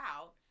out